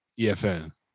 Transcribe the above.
EFN